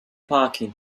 parking